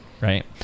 Right